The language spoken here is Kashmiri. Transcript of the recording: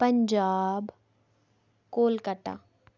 پَنٛجاب کولکٹا